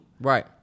Right